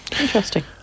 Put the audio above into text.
Interesting